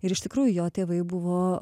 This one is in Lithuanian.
ir iš tikrųjų jo tėvai buvo